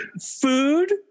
food